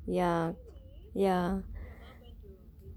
ya ya